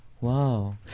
Wow